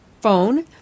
phone